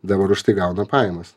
dabar už tai gauna pajamas